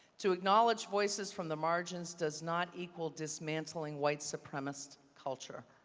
to acknowledge voices from the margins does not equal dismantling white supremacist culture.